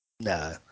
No